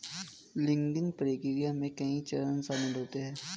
logging प्रक्रिया में कई चरण शामिल होते है